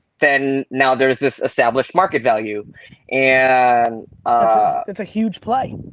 then now there's this established market value and it's a huge play.